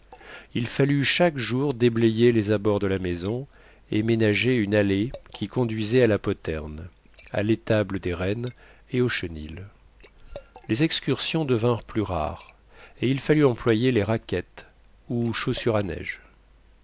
il fallut chaque jour déblayer les abords de la maison et ménager une allée qui conduisait à la poterne à l'étable des rennes et au chenil les excursions devinrent plus rares et il fallut employer les raquettes ou chaussures à neige